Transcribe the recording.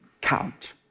count